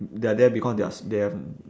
they are there because they are s~ they have